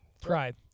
pride